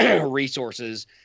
resources